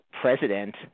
president